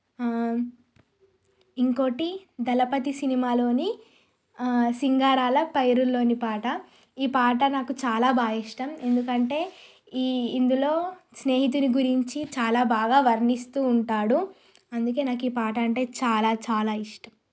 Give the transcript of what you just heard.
ఇంకోటి దళపతి సినిమాలోని సింగారాల పైరుల్లోని పాట ఈ పాట నాకు చాలా బాగా ఇష్టం ఎందుకంటే ఈ ఇందులో స్నేహితుడి గురించి చాలా బాగా వర్ణిస్తు ఉంటాడు అందుకని నాకు ఈ పాట అంటే చాలా చాలా ఇష్టం